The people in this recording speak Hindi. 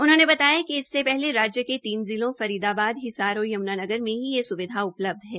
उन्होंने बताया कि इससे पहले राज्य के तीन जिलों फरीदाबाद हिसार और यम्नानगर मे ही यह स्विधा उपलब्ध है